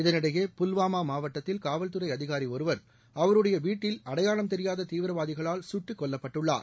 இதனிடையே புல்வாமா மாவட்டத்தில் காவல்துறை அதிகாரி ஒருவர் அவருடைய வீட்டில் அடையாளம் தெரியாத தீவிரவாதிகளால் சுட்டுக் கொல்லப்பட்டுள்ளார்